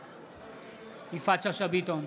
בעד יפעת שאשא ביטון,